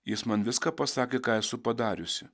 jis man viską pasakė ką esu padariusi